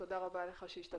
תודה רבה שהשתתפת.